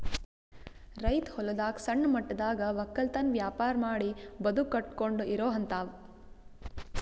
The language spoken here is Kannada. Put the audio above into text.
ರೈತ್ ಹೊಲದಾಗ್ ಸಣ್ಣ ಮಟ್ಟದಾಗ್ ವಕ್ಕಲತನ್ ವ್ಯಾಪಾರ್ ಮಾಡಿ ಬದುಕ್ ಕಟ್ಟಕೊಂಡು ಇರೋಹಂತಾವ